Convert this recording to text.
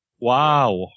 Wow